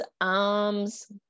arms